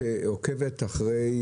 תוכנה,